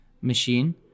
machine